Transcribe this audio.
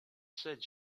said